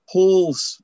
Paul's